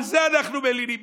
על זה אנחנו מלינים.